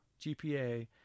GPA